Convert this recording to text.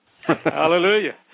Hallelujah